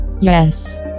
Yes